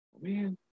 Man